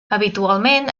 habitualment